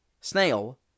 snail